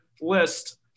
list